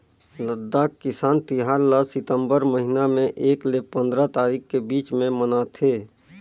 लद्दाख किसान तिहार ल सितंबर महिना में एक ले पंदरा तारीख के बीच में मनाथे